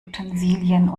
utensilien